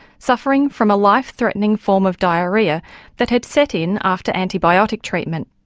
suffering from a life-threatening form of diarrhoea that had set in after antibiotic treatment.